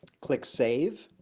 click save.